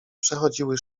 przechodziły